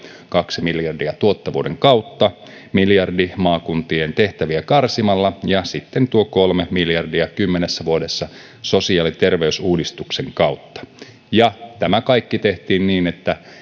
kaksi miljardia tuottavuuden kautta miljardi maakuntien tehtäviä karsimalla ja sitten tuo kolme miljardia kymmenessä vuodessa sosiaali ja terveysuudistuksen kautta ja tämä kaikki tehtiin niin että